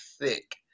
thick